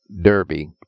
Derby